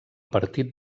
partit